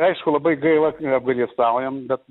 aišku labai gaila ir apgailestaujam bet